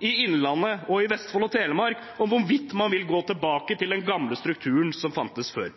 i Innlandet og i Vestfold og Telemark om hvorvidt man vil gå tilbake til den strukturen som fantes før.